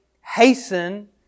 hasten